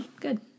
Good